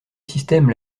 système